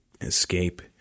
escape